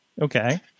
Okay